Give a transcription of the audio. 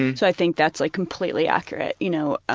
and so i think that's like completely accurate, you know. ah